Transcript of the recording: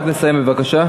תסיים, בבקשה.